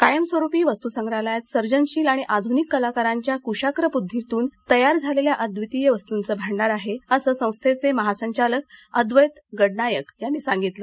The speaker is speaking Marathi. कायमस्वरूपी वस्तूसंग्रहालयात सर्जनशील आणि आध्निक कलाकारांच्या क्शाप्र बुद्धीतून तयार झालेल्या अद्वितीय वस्तूंचे भांडार आहे असे संस्थेचे महासंचालक अद्वैत गडनायक यांनी सांगितले